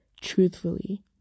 Truthfully